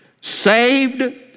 saved